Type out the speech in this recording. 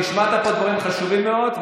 השמעת פה דברים חשובים מאוד,